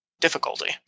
difficulty